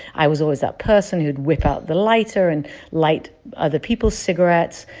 i was always that person who'd whip out the lighter and light other people's cigarettes.